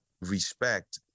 respect